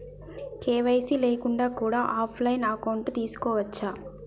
KYC లేకుండా కూడా offline account తీసుకోవచ్చా?